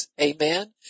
Amen